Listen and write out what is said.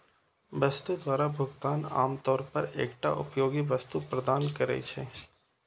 वस्तु द्वारा भुगतान आम तौर पर एकटा उपयोगी वस्तु प्रदान करै छै